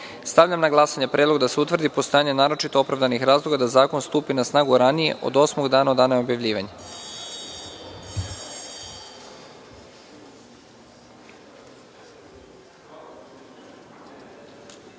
na glasanje predlog da se utvrdi postojanje naročito opravdanih razloga da zakon stupi na snagu ranije od osmog dana od dana objavljivanja. Molim